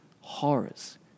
horrors